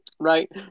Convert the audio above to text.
Right